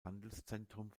handelszentrum